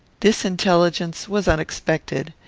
this intelligence was unexpected.